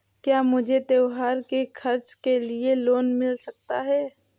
क्या मुझे त्योहार के खर्च के लिए लोन मिल सकता है?